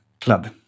club